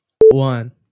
one